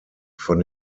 von